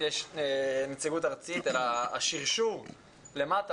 נציגות ארצית אלא השרשור למטה,